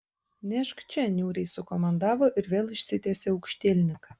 nešk čia niūriai sukomandavo ir vėl išsitiesė aukštielninka